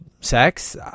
sex